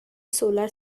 solar